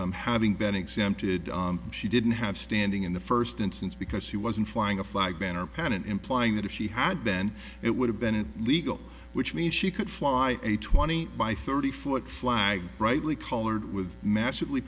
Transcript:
it's having been exempted she didn't have standing in the first instance because she wasn't flying a flag banner patent implying that if she had banned it would have been it legal which means she could fly a twenty by thirty foot flag brightly colored with massively